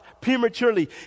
prematurely